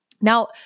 Now